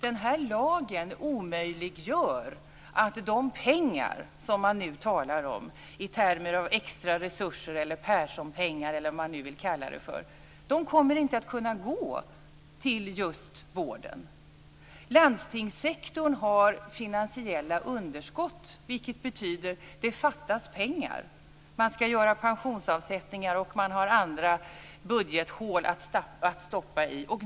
Den här lagen omöjliggör att de pengar som man nu talar om, i termer av extra resurser eller Perssonpengar eller vad man nu vill kalla det för, kommer inte att kunna gå till just vården. Landstingssektorn har finansiella underskott, vilket betyder att det fattas pengar. Man skall göra pensionsavsättningar och man har andra budgethål att stoppa i.